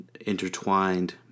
intertwined